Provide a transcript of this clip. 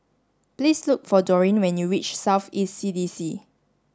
please look for Doreen when you reach South East C D C